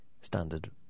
standard